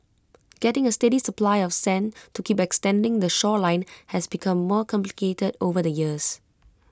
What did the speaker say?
getting A steady supply of sand to keep extending the shoreline has become more complicated over the years